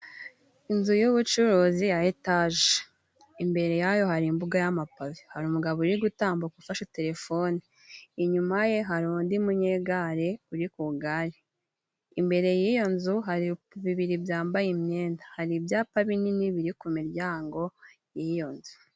Inzu y'ubucuruzi ya etaje, imbere yayo hari imbuga y'amapave. Hari umugabo uri gutambuka ufashe telefone, inyuma ye hari undi munyegare uri ku gare, imbere y'iyo nzu hari ibiti bibiri byambaye imyenda, hari ibyapa binini biri ku miryango y'iyo nzu